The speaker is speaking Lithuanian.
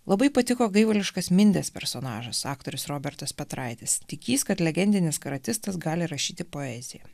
labai patiko gaivališkas mindės personažas aktorius robertas petraitis tikįs kad legendinis karatistas gali rašyti poeziją